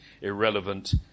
irrelevant